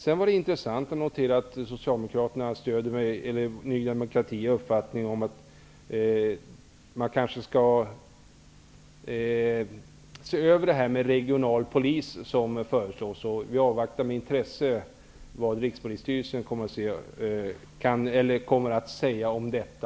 Det var intressant att notera att Socialdemokraterna stöder Ny demokratis uppfattning att man bör se över den regionalisering av rikskriminalen som föreslås. Vi avvaktar med intresse vad Rikspolisstyrelsen kommer att säga om detta.